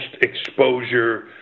exposure